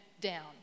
down